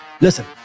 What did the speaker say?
Listen